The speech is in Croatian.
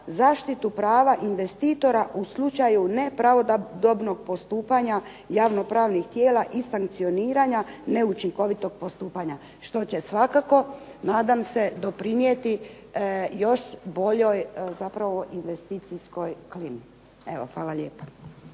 zaštitu prava investitora u slučaju nepravodobnog postupanja javno-pravnih tijela i sankcioniranja neučinkovitog postupanja što će svakako nadam se doprinijeti još boljoj zapravo investicijskoj klimi. Evo hvala lijepa.